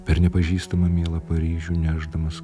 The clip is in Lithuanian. per nepažįstamą mielą paryžių nešdamas